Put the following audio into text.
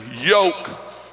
yoke